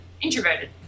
introverted